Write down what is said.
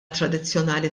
tradizzjonali